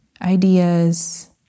ideas